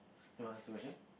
you want answer question